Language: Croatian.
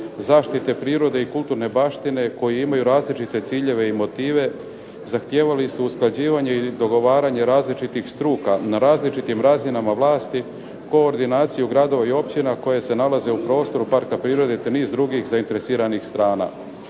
zaštite prirode i kulturne baštine koji imaju različite ciljeve i motive, zahtijevali su usklađivanje i dogovaranje različitih struka, na različitim razinama vlasti, koordinaciju gradova i općina koje se nalaze u prostoru parka prirode, te niz drugih zainteresiranih strana.